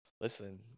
listen